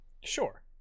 Sure